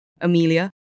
Amelia